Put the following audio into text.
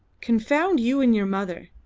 confound you and your mother!